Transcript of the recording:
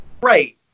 Right